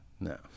no